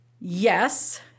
yes